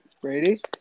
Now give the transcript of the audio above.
Brady